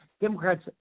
Democrats